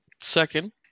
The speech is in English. Second